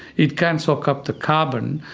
it can soak up the carbon,